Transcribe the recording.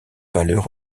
valeur